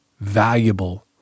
valuable